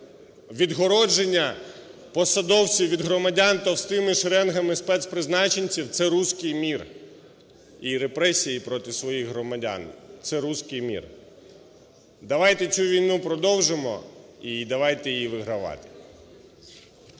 відгородження посадовців від громадян товстими шеренгамиспецпризначенців – це "руський мир" і репресії проти своїх громадян – це "руський мир". Давайте цю війну продовжимо і давайте її вигравати.